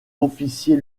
officier